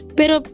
pero